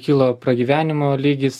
kilo pragyvenimo lygis